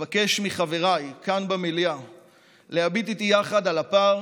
אבקש מחבריי כאן במליאה להביט איתי יחד על הפער